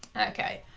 okay.